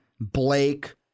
Blake